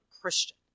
Christian